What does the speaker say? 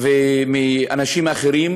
באופן קהילתי,